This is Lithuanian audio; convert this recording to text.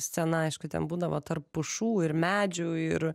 scena aišku ten būdavo tarp pušų ir medžių ir